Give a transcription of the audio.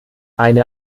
eine